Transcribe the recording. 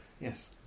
Yes